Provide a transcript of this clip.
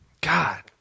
God